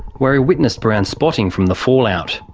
where he witnessed brown spotting from the fallout.